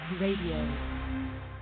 Radio